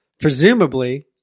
presumably